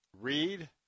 read